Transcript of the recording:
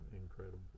incredible